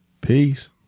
Peace